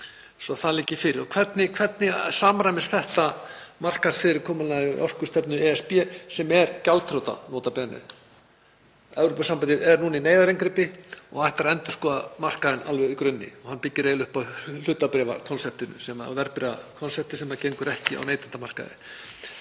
svo það liggi fyrir. Hvernig samræmist þetta markaðsfyrirkomulagi og orkustefnu ESB sem er gjaldþrota, nota bene? Evrópusambandið er núna í neyðarinngripi og ætlar að endurskoða markaðinn alveg frá grunni. Hann byggir eiginlega á hlutabréfakonseptinu, verðbréfakonsepti sem gengur ekki á neytendamarkaði.